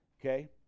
Okay